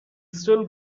still